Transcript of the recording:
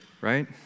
right